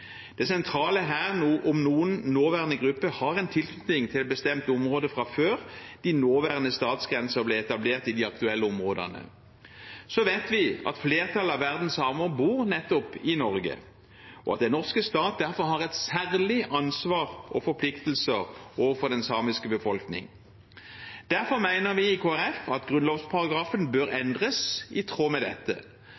Det sentrale her er om noen nåværende gruppe har en tilknytning til et bestemt område fra før de nåværende statsgrenser ble etablert i de aktuelle områdene. Så vet vi at flertallet av verdens samer bor nettopp i Norge, og at den norske stat derfor har et særlig ansvar og forpliktelser overfor den samiske befolkning. Derfor mener vi i Kristelig Folkeparti at grunnlovsparagrafen bør